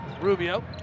Rubio